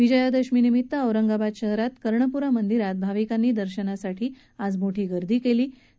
विजयादशमी निमित्तानं औरंगाबाद शहरातल्या कर्णप्रा मंदिरात भाविकांनी दर्शनासाठी आज मोठी गर्दी केली होती